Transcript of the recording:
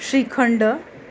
shrikhand